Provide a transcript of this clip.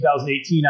2018